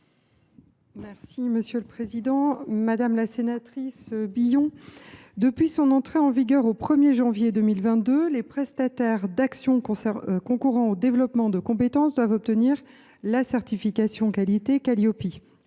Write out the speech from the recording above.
Mme la ministre déléguée. Madame la sénatrice Billon, depuis son entrée en vigueur au 1 janvier 2022, les prestataires d’actions concourant au développement des compétences doivent obtenir la certification qualité Qualiopi